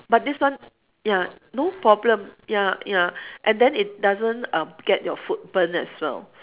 but this one ya no problem ya ya and then it doesn't uh get your food burnt as well